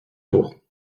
tours